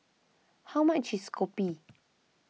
how much is Kopi